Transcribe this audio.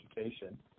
education